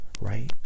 right